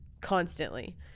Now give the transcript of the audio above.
constantly